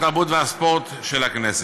התרבות והספורט של הכנסת.